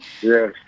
Yes